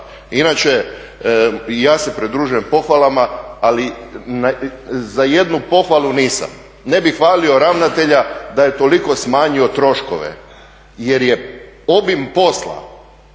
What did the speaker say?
Inače, i ja se pridružujem pohvalama, ali za jednu pohvalu nisam. Ne bih hvalio ravnatelja da je toliko smanjio troškove jer je obim posla